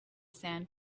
sand